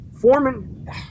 Foreman